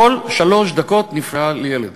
בכל שלוש דקות נפגע ילד.